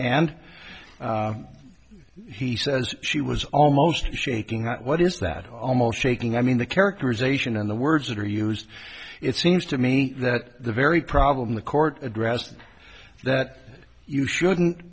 and he says she was almost shaking at what is that almost shaking i mean the characterization and the words that are used it seems to me that the very problem the court addressed is that you shouldn't